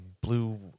blue